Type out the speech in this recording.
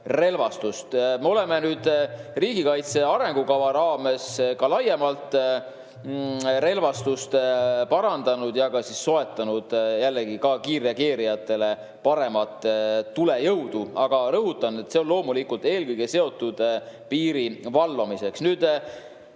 oleme riigikaitse arengukava raames ka laiemalt relvastust parandanud ja soetanud jällegi ka kiirreageerijatele paremat tulejõudu. Aga rõhutan, et see on loomulikult eelkõige seotud piiri valvamisega.